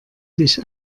dich